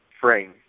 frame